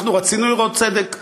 אנחנו רצינו לראות צדק חברתי,